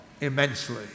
immensely